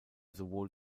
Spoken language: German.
sowohl